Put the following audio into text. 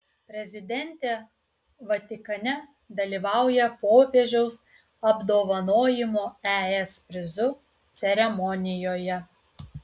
prezidentė vatikane dalyvauja popiežiaus apdovanojimo es prizu ceremonijoje